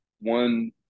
one